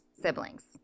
siblings